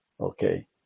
okay